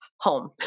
home